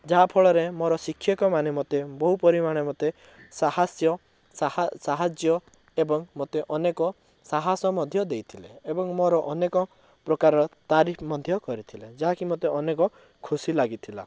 ଯାହାଫଳରେ ମୋର ଶିକ୍ଷକ ମାନେ ମୋତେ ବହୁ ପରିମାଣରେ ମୋତେ ସାହାସ୍ୟ ସାହାଯ୍ୟ ଏବଂ ମୋତେ ଅନେକ ସାହସ ମଧ୍ୟ ଦେଇଥିଲେ ଏବଂ ମୋର ଅନେକ ପ୍ରକାର ତାରିଫ ମଧ୍ୟ କରିଥିଲେ ଯାହାକି ମୋତେ ଅନେକ ଖୁସି ଲାଗିଥିଲା